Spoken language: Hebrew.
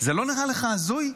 זה לא נראה לך הזוי?